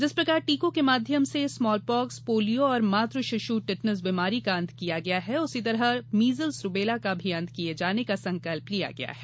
जिस प्रकार टीकों के माध्यम से स्मॉल पाक्स पोलियो और मात शिश् टिटनेस बीमारी का अंत किया गया है उसी प्रकार मीजल्स रूबेला का भी अंत किये जाने का संकल्प लिया गया है